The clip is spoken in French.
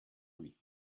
lui